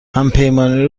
همپیمانی